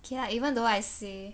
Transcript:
okay lah even though I say